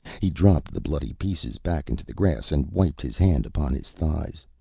he dropped the bloody pieces back into the grass and wiped his hand upon his thighs.